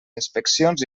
inspeccions